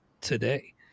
today